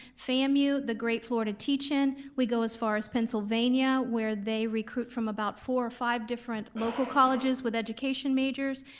famu, the great florida teach-in, we go as far as pennsylvania, where they recruit from about four or five different local colleges with education majors,